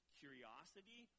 curiosity